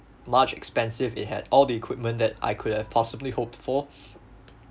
large expensive it had all the equipment that I could have possibly hoped for